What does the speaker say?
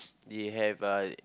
they have uh